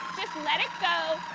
let it go,